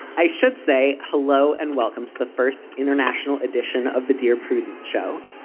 i should say hello and welcome to the first international edition of the dear prudence show